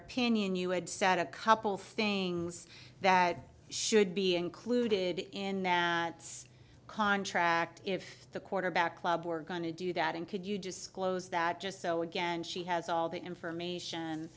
opinion you had said a couple things that should be included in its contract if the quarterback club were going to do that and could you just close that just so again she has all the information